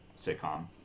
sitcom